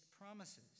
promises